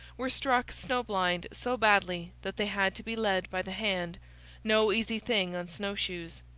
were struck snowblind so badly that they had to be led by the hand no easy thing on snow-shoes.